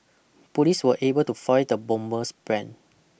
police were able to foil the bomber's plan